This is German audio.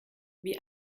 wie